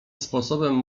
sposobem